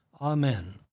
Amen